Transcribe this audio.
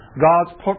God's